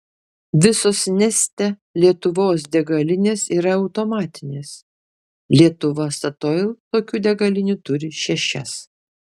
visos neste lietuvos degalinės yra automatinės lietuva statoil tokių degalinių turi šešias